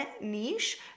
niche